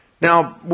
Now